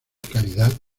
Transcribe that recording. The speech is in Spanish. calidad